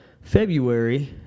February